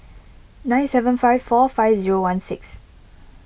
nine seven five four five zero one six